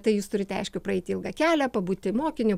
tai jūs turite aišku praeiti ilgą kelią pabūti mokiniu